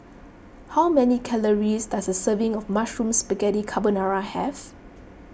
how many calories does a serving of Mushroom Spaghetti Carbonara have